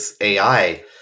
AI